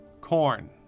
corn